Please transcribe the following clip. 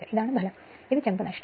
ഇതാണ് output ഇത് ചെമ്പ് നഷ്ടം